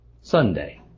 Sunday